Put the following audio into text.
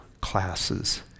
classes